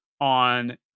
on